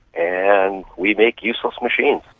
and we make useless machines.